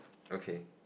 okay